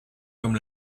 comme